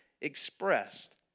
expressed